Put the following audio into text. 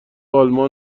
آلمان